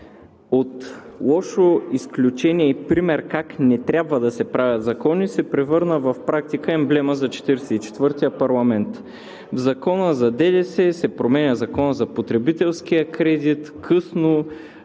от лошо изключение и пример как не трябва да се правят закони се превърна в практика и емблема за Четиридесет и четвъртия парламент – в Закона за ДДС се променя Законът за потребителския кредит. Късно